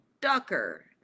ducker